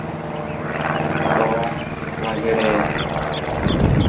ᱫᱚᱝ ᱞᱟᱜᱽᱲᱮ